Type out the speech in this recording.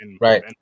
right